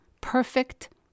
Perfect